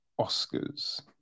Oscars